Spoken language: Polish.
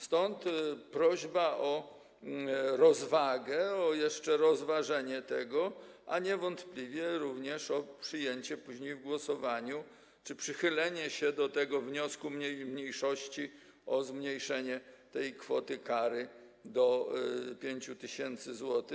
Stąd prośba o rozwagę, jeszcze o rozważenie tego, a niewątpliwie również o przyjęcie później w głosowaniu czy przychylenie się do tego wniosku mniejszości o zmniejszenie tej kary do 5 tys. zł.